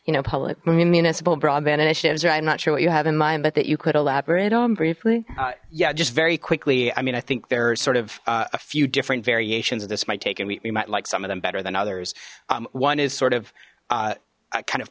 you know public municipal broadband initiatives or i'm not sure what you have in mind but that you could elaborate on briefly yeah just very quickly i mean i think there are sort of a few different variations of this might take and we might like some of them better than others one is sort of kind of